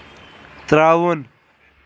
ترٛاوُن